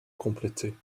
compléter